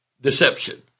deception